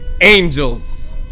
angels